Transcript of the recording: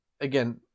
again